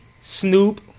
Snoop